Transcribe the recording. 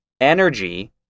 energy